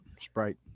sprite